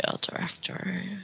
director